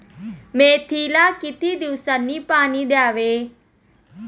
मेथीला किती दिवसांनी पाणी द्यावे?